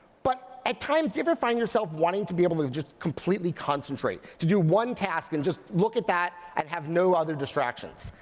but at times you'll find yourself wanting to be able to just completely concentrate, to do one task, and just look at that and have no other distractions.